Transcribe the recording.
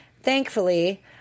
Thankfully